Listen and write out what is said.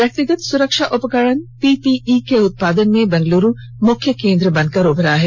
व्यक्तिगत सुरक्षा उपकरण पी पी ई के उत्पादन में बेंगलुरू मुख्य केन्द्र बनकर उभरा है